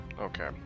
Okay